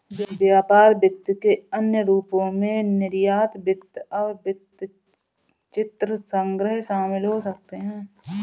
व्यापार वित्त के अन्य रूपों में निर्यात वित्त और वृत्तचित्र संग्रह शामिल हो सकते हैं